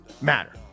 matter